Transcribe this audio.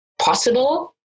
possible